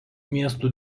miestų